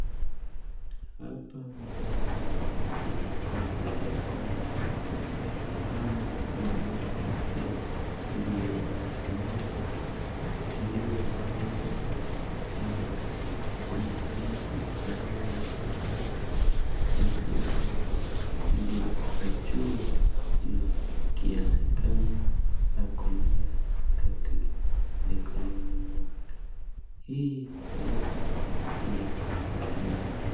Hapa naona manoti tofauti tofauti, ama manoti ya giri moja moja iliyopangwa, na kuna mtu anayehesabu hizi pesa ndio ajue ni kiasi gani ako nayo katika mikononi mwake. Hii pesa ni ya Kenya.